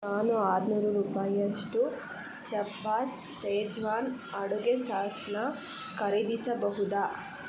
ನಾನು ಆರುನೂರು ರೂಪಾಯಿಯಷ್ಟು ಚೆಪ್ಬಾಸ್ ಶೇಜ್ವಾನ್ ಅಡುಗೆ ಸಾಸನ್ನ ಖರೀದಿಸಬಹುದಾ